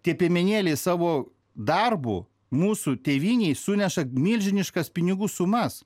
tie piemenėliai savo darbu mūsų tėvynei suneša milžiniškas pinigų sumas